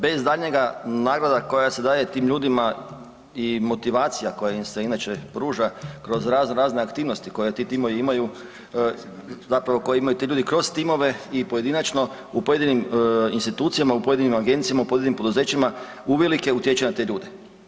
Bez daljnjega, nagrada koja se daje tim ljudima i motivacija koja im se pruža kroz razno-razne aktivnosti koje ti timovi imaju, zapravo koje imaju ti ljudi kroz timove i pojedinačno u pojedinim institucijama, u pojedinim agencijama, u pojedinim poduzećima, uvelike utječe na te ljude.